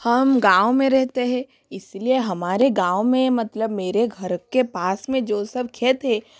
हम गाँव में रहते हैं इसलिए हमारे गाँव में मतलब मेरे घर के पास में जो सब खेत है